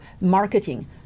marketing